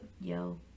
yo